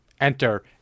enter